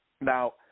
Now